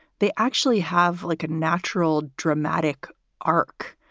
they actually have like a natural dramatic arc.